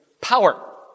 power